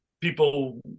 people